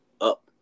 up